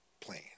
plane